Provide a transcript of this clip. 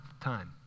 time